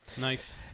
Nice